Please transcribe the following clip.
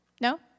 No